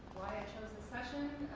chose this session,